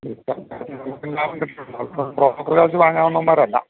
നമുക്കും ലാഭം കിട്ടണമല്ലോ അപ്പോള് ബ്രോക്കര് കാശു വാങ്ങാവുന്നവന്മാരല്ല